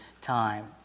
time